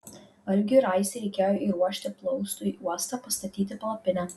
algiui ir aistei reikėjo įruošti plaustui uostą pastatyti palapinę